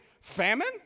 Famine